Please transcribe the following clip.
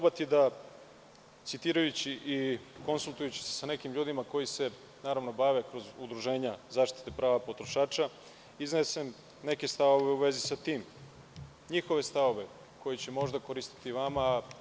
Citirajući i konsultujući se sa nekim ljudima koji se bave kroz udruženja zaštite prava potrošača, probaću da iznesem neke stavove u vezi sa tim, njihove stavove koji će možda koristiti vama.